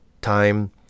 Time